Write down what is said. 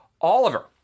Oliver